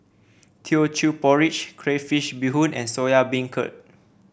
Teochew Porridge Crayfish Beehoon and Soya Beancurd